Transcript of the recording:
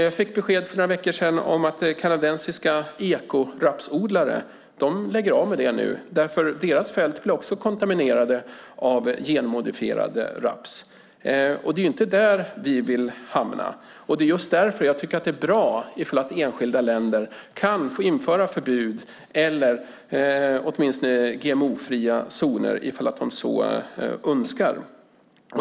Jag fick för några veckor sedan besked om att kanadensiska ekorapsodlare nu lägger av, för deras fält blir också kontaminerade av genmodifierad raps. Det är inte där vi vill hamna, och det är just därför jag tycker att det är bra om enskilda länder kan få införa förbud eller åtminstone GMO-fria zoner om de önskar.